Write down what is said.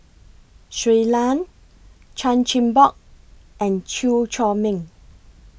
Shui Lan Chan Chin Bock and Chew Chor Meng